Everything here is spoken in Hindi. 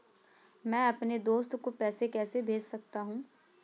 मैं अपने दोस्त को पैसे कैसे भेज सकता हूँ?